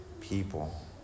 people